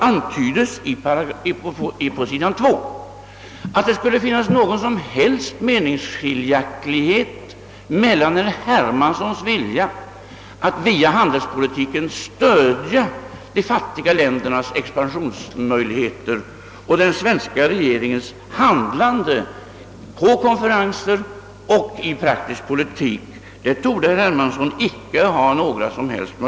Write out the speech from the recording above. Det kan knappast påvisas att det skulle finnas någon som helst meningsskiljaktighet mellan herr Hermanssons vilja att via handelspolitiken stödja de fattiga ländernas expansionsmöjligheter och den svenska regeringens handlande på konferenser och i praktisk politik.